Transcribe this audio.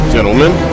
Gentlemen